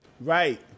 Right